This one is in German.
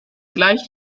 gleich